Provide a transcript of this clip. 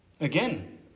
Again